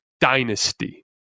dynasty